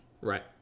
Right